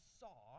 saw